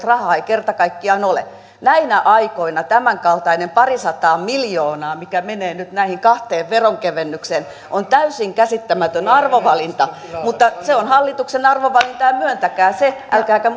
rahaa ei kerta kaikkiaan ole näinä aikoina tämänkaltainen parisataa miljoonaa mikä menee nyt näihin kahteen veronkevennykseen on täysin käsittämätön arvovalinta mutta se on hallituksen arvovalinta ja myöntäkää se älkääkä